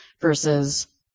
versus